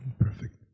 Perfect